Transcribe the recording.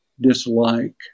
dislike